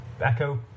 echo